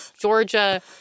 Georgia